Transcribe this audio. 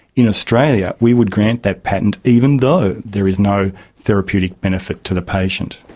in australia we would grant that patent even though there is no therapeutic benefit to the patient.